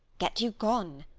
get you gone.